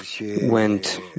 went